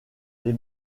les